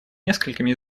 несколькими